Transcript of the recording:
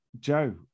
Joe